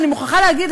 אני מוכרחה להגיד,